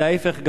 אלא ההיפך גמור.